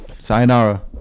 Sayonara